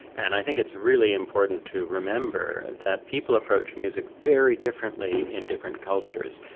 and i think it's really important to remember that people approaching music very differently in different cultures,